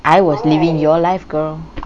I was living your life girl